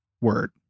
word